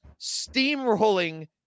steamrolling